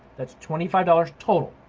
that's twenty five dollars total,